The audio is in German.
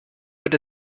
wird